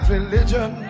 Religion